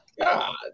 God